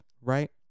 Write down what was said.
right